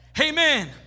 amen